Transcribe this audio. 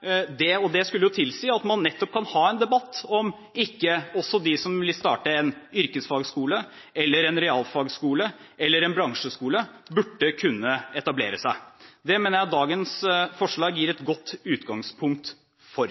blir bedre. Det skulle jo tilsi at man nettopp kan ha en debatt om ikke også de som vil starte en yrkesfagskole, en realfagsskole eller en bransjeskole, burde kunne etablere seg. Det mener jeg dagens forslag gir et godt utgangspunkt for.